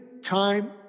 Time